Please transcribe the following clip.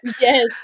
yes